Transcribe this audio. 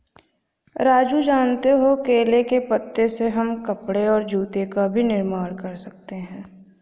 राजू जानते हो केले के पत्ते से हम कपड़े और जूते का भी निर्माण कर सकते हैं